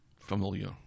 familiar